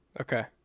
Okay